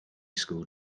school